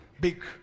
Big